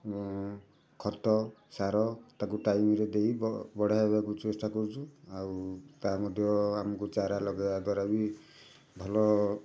ଖତ ସାର ତାକୁ ଟାଇମ୍ରେ ଦେଇ ବଢ଼ାଇବାକୁ ଚେଷ୍ଟା କରୁଛୁ ଆଉ ତା ମଧ୍ୟ ଆମକୁ ଚାରା ଲଗାଇବା ଦ୍ୱାରା ବି ଭଲ